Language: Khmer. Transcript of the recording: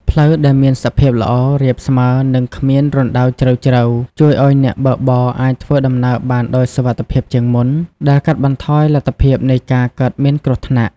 ផ្លូវដែលមានសភាពល្អ រាបស្មើ និងគ្មានរណ្តៅជ្រៅៗ ជួយឲ្យអ្នកបើកបរអាចធ្វើដំណើរបានដោយសុវត្ថិភាពជាងមុន ដែលកាត់បន្ថយលទ្ធភាពនៃការកើតមានគ្រោះថ្នាក់។